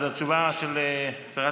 אז התשובה של שרת